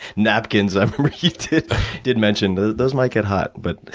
napkins, i remember you did mention, those those might get hot. but